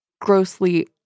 grossly